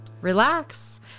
relax